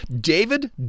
David